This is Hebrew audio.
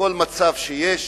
וכל מצב שיש